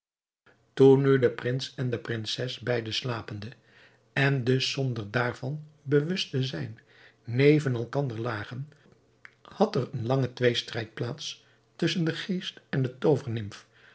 toen nu de prins en de prinses beide slapende en dus zonder daarvan bewust te zijn neven elkander lagen had er een lange tweestrijd plaats tusschen den geest en de